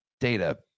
data